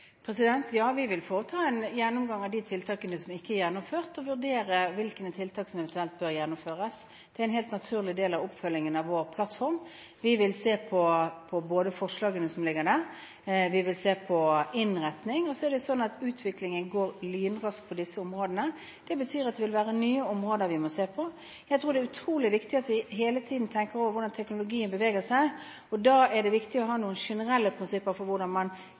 Ja, vi vil foreta en gjennomgang av de tiltakene som ikke er gjennomført, og vurdere hvilke tiltak som eventuelt bør gjennomføres. Det er en helt naturlig del av oppfølgingen av vår plattform. Vi vil se både på forslagene som ligger der, og på innretning. Utviklingen på disse områdene går lynraskt. Det betyr at det vil være nye områder vi må se på. Jeg tror det er utrolig viktig at vi hele tiden tenker over hvordan teknologien utvikler seg. Da er det viktig å ha noen generelle prinsipper for hvordan man